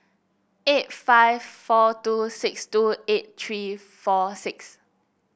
eight five four two six two eight three four six